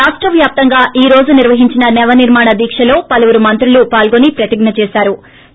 రాష్ట వ్యాప్తంగా ఈ రోజు నిర్వహించిన నవనిర్మాణ దీక్షలో పలువురు మంత్రులు పాల్గొని ప్రతిజ్ఞ చేశ్తారు